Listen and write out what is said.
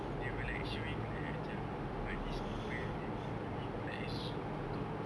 they were like showing like macam a got these people they were doing like Zoom workouts